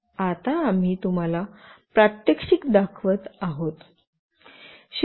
आता आम्ही तुम्हाला प्रात्यक्षिक दाखवत आहोत